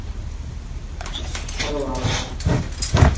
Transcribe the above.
Kherwal